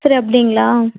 சரி அப்படிங்களா